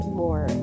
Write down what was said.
more